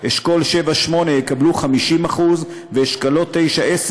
אשכול 7 8 יקבלו 50%; אשכולות 9 10,